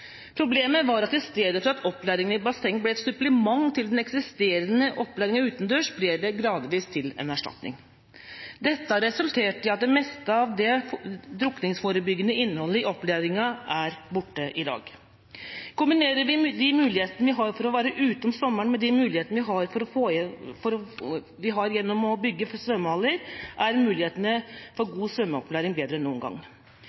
Problemet var at i stedet for at opplæring i basseng ble et supplement til den eksisterende opplæringa utendørs, ble det gradvis til en erstatning. Dette har resultert i at det meste av det drukningsforebyggende innholdet i opplæringa er borte i dag. Kombinerer vi de mulighetene vi har for å være ute om sommeren, med de mulighetene vi har gjennom å bygge svømmehaller, er mulighetene for